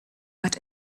but